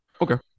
Okay